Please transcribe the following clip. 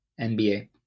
nba